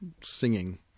singing